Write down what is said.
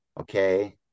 Okay